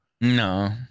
No